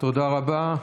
תודה רבה.